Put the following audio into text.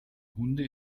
hunde